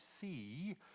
see